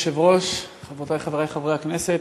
אדוני היושב-ראש, חברותי וחברי חברי הכנסת,